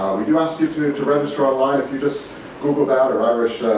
we do ask you to to register online. if you just google that or irish